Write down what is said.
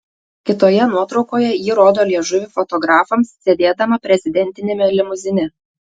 kitoje nuotraukoje ji rodo liežuvį fotografams sėdėdama prezidentiniame limuzine